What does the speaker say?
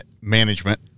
management